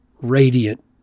radiant